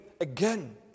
again